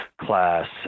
class